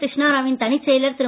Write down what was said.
கிருஷ்ணாரா வின் தனிச் செயலர் திரு